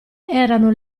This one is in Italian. erano